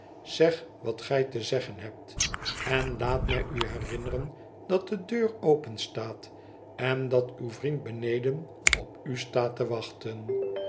zeg wat gij te zeggen hebt en laat mij u herinneren dat de deur openstaat en dat uw vriend beneden opu staat te wachten